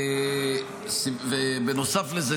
בנוסף לזה,